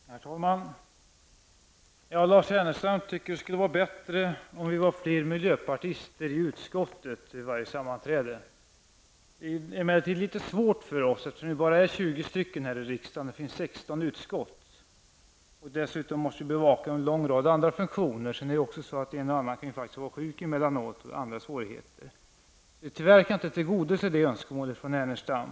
Herr talman! Lars Ernestam tycker att det skulle vara bättre om vi är fler miljöpartister i utskottet vid varje sammanträde. Det är emellertid litet för svårt, eftersom vi är bara 20 ledamöter i riksdagen och det finns 16 utskott. Dessutom måste vi bevaka en lång rad andra funktioner. En och annan kan ju faktiskt vara sjuk emellanåt eller ha andra svårigheter. Tyvärr kan jag inte tillgodose det önskemålet från Lars Ernestam.